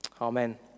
Amen